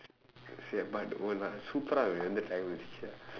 சரி:sari but supera try பண்ணி பார்க்கிறீயா:panni paarkkiriiyaa sheeshah